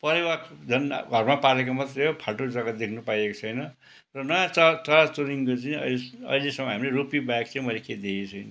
परेवा झन् घरमा पालेको मात्रै हो फाल्टो जग्गा देख्नु पाइएको छैन र नयाँ चरा चुरुङ्गी चाहिँ अहिले स अहिलेसम्म हामीले रुप्पी बाहेक चाहिँ मैले केही देखेको छुइनँ